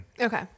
Okay